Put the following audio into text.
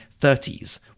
30s